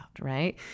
right